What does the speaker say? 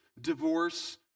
divorce